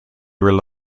rely